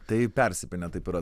tai persipynę taip yra